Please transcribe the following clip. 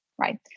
right